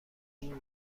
بور